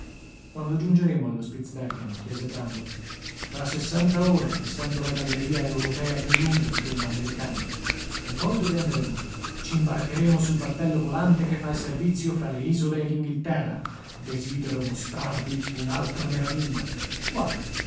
quando giungeremo allo spitzbergen chiese brandok fra sessanta ore essendo la galleria europea più lunga di quella americana e poi dove andremo c'imbarcheremo sul battello volante che fa il servizio fra le isole e l'inghilterra desidero mostrarvi un'altra meraviglia quale